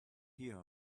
hear